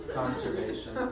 conservation